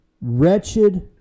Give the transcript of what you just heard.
wretched